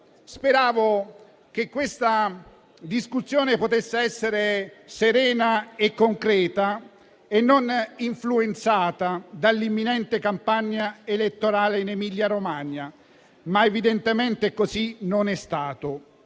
Speravo che questa discussione potesse essere serena e concreta e non influenzata dall'imminente campagna elettorale in Emilia-Romagna, ma evidentemente così non è stato.